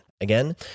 Again